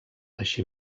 així